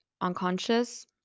unconscious